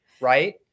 right